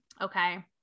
Okay